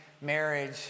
marriage